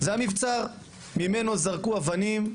זה היה מבצר שממנו זרקו אבנים.